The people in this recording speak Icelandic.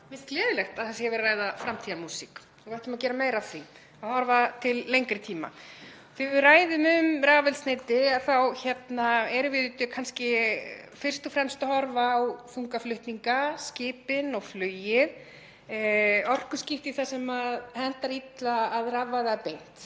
finnst gleðilegt að verið sé að ræða framtíðarmúsík og við ættum að gera meira af því að horfa til lengri tíma. Þegar við ræðum um rafeldsneyti þá erum við kannski fyrst og fremst að horfa á þungaflutninga, skipin og flugið, orkuskipti þar sem hentar illa að rafvæða beint.